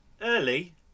Early